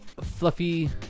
fluffy